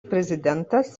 prezidentas